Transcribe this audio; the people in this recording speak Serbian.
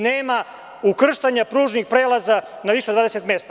Nema ukrštanja pružnih prelaza na više od 20 mesta.